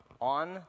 on